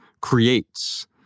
creates